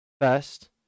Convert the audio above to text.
First